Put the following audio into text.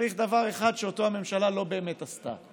צריך דבר אחד שאותו הממשלה לא באמת עשתה,